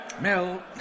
Mel